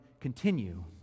continue